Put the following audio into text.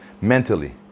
mentally